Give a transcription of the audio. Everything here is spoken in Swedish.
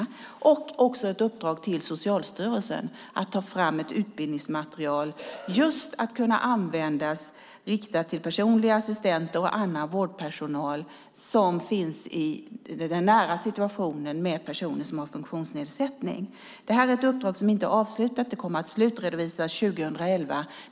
Regeringen har också gett ett uppdrag till Socialstyrelsen att ta fram ett utbildningsmaterial för att kunna användas riktat till personliga assistenter och annan vårdpersonal som finns i de nära situationerna för personer som har funktionsnedsättning. Det är ett uppdrag som inte är avslutat. Det kommer att slutredovisas 2011.